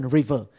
River